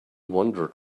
wandered